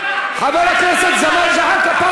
חבר הכנסת ג'מאל זחאלקה,